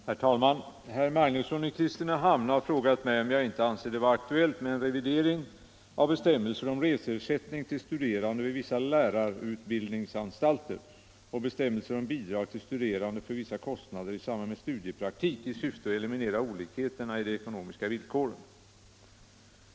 Herr talman! Herr Magnusson i Kristinehamn har frågat mig om jag inte anser det vara aktuellt med en revidering av bestämmelser om reseersättning till studerande vid vissa lärarutbildningsanstalter och bestämmelser om bidrag till studerande för vissa kostnader i samband med studiepraktik i syfte att eliminera olikheterna i de ekonomiska villkoren.